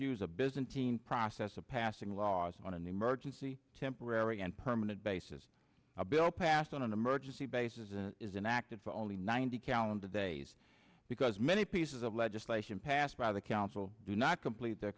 use a byzantine process of passing laws on an emergency temporary and permanent basis a bill passed on an emergency basis is inactive for only ninety calendar days because many pieces of legislation passed by the council do not complete the